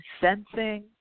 sensing